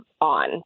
on